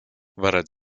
varat